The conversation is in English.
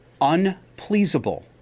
unpleasable